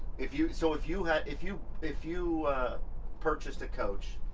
if you saw. if you had. if you if you purchased a coach,